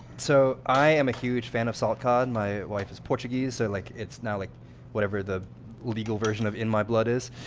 so i am a huge fan of salt cod. my wife is portuguese, so like it's like whatever the legal version of in my blood is.